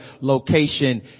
location